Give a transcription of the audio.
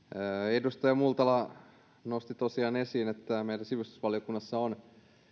edustaja multala nosti tosiaan esiin että meillä sivistysvaliokunnassa on